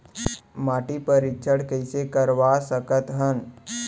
माटी परीक्षण कइसे करवा सकत हन?